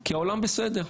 כי העולם בסדר,